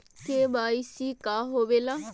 KYC का होवेला?